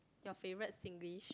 your favorite Singlish